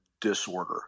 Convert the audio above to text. disorder